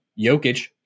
Jokic